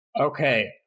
Okay